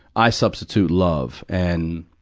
i substitute love. and,